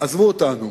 "עזבו אותנו".